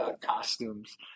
costumes